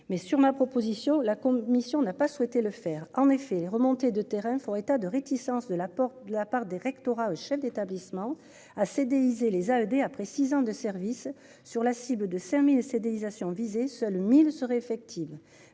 mais sur ma proposition, la commission n'a pas souhaité le faire en effet les remontées de terrain font état de réticences de la porte de la part des rectorats au chef d'établissement a cédé Izé les a aidés. Après 6 ans de service sur la cible de 5000 CD nisation visé, seuls 1000 serait effective.